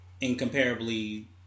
incomparably